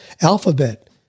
Alphabet